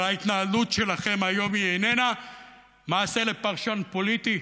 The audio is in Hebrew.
אבל ההתנהלות שלכם היום איננה מעשה לפרשן פוליטי,